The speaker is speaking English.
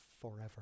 forever